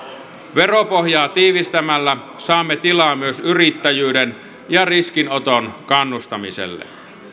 veropohjaa tiivistämällä saamme tilaa myös yrittäjyyden ja ris kinoton kannustamiselle